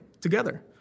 together